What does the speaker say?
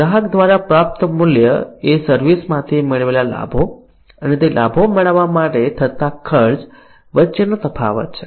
ગ્રાહક દ્વારા પ્રાપ્ત મૂલ્ય એ સર્વિસ માંથી મેળવેલા લાભો અને તે લાભો મેળવવા માટે થતા ખર્ચ વચ્ચેનો તફાવત છે